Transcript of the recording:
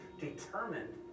determined